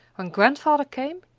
when grandfather came,